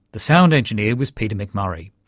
the sound engineer was peter mcmurray.